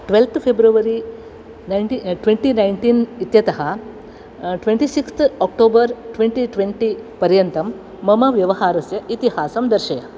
twelfth February ninety twenty nineteen इत्यतः twenty sixth October twenty twenty पर्यन्तं मम व्यवहारस्य इतिहासं दर्शय